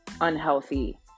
unhealthy